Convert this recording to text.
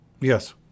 Yes